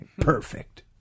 Perfect